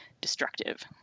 destructive